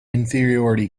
inferiority